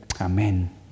Amen